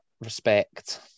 respect